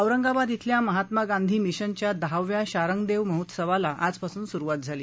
औरंगाबाद इथल्या महात्मा गांधी मिशनच्या दहाव्या शार्ङगदेव महोत्सवाला आजपासून सुरुवात झाली